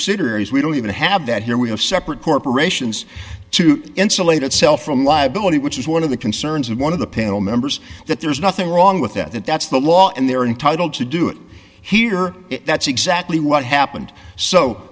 sitters we don't even have that here we have separate corporations to insulate itself from liability which is one of the concerns of one of the panel members that there's nothing wrong with that that's the law and they're entitled to do it here that's exactly what happened so